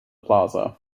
plaza